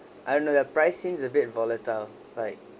I don't know the price seems a bit volatile like